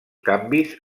canvis